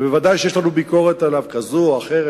ודאי שיש לנו עליו ביקורת כזו או אחרת,